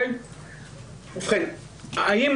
האם